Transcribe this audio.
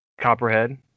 Copperhead